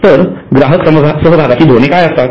तर ग्राहक सहभागाची धोरणे काय असतात